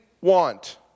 want